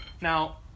Now